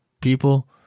people